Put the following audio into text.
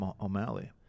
O'Malley